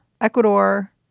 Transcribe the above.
Ecuador